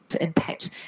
impact